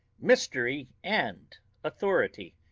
mystery and authority.